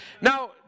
now